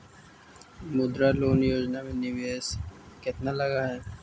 मुद्रा लोन योजना में निवेश केतना लग हइ?